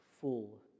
full